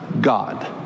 God